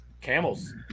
Camels